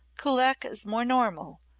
kullak is more normal,